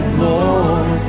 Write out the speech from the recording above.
more